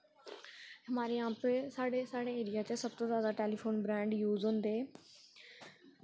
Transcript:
हमारे यहां पे साढ़े एरिया च सब तो जादा टैलीफोन ब्रैंड यूज़ होंदे